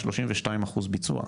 32 אחוז ביצוע.